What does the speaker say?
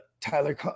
Tyler –